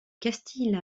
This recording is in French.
castille